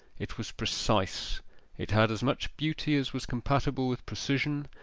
it was precise it had as much beauty as was compatible with precision,